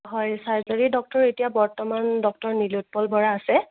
হয় চাৰ্জাৰীৰ ডক্টৰ এতিয়া বৰ্তমান ডক্টৰ নিলোৎপল বৰা আছে